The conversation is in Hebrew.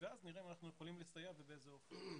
אז נראה אם אנחנו יכולים לסייע ובאיזה אופן.